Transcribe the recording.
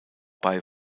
bei